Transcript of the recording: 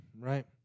right